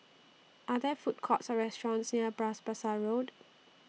Are There Food Courts Or restaurants near Bras Basah Road